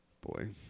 boy